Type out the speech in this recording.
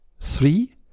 Three